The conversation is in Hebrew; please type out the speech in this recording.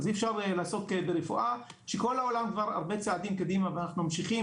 אז אי אפשר לעסוק ברפואה כשכל העולם כבר הרבה צעדים קדימה ואנחנו ממשיכים